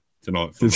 tonight